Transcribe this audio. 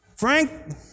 Frank